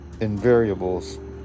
invariables